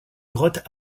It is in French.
grotte